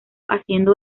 haciendo